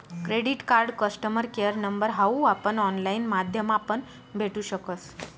credit card customer care number हाऊ आपण online माध्यमापण भेटू शकस